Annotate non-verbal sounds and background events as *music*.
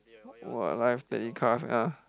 *noise* what live telecast ah